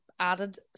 Added